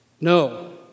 No